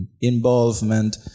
involvement